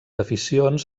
aficions